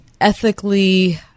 ethically